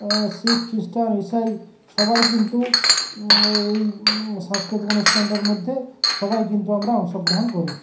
শিখ খ্রিস্টান ইসাই সবাই কিন্তু এই সাংস্কৃতিক অনুষ্ঠানটার মধ্যে সবাই কিন্তু আমরা অংশগ্রহণ করি